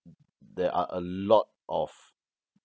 there are a lot of